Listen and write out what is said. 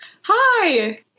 Hi